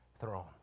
throne